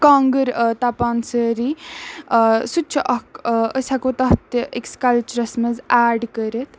کانٛگٕر تَپان سٲری سُہ تہِ چھُ اَکھ أسۍ ہٮ۪کو تَتھ أکِس کَلچرَس منٛز ایڈ کٔرِتھ